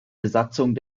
besatzung